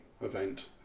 event